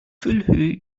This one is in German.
füllhöhe